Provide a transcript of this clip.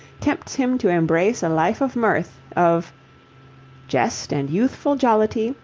tempts him to embrace a life of mirth, of jest and youthful jollity,